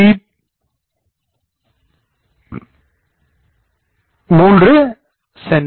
00 செ